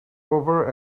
over